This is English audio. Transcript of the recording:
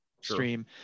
stream